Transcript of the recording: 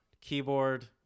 keyboard